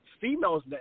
Females